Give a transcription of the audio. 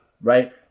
Right